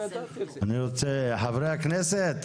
חברי הכנסת,